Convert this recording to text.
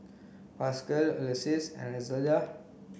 Pasquale Ulysses and Elzada